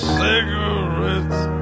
cigarettes